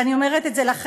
ואני אומרת את זה לכם,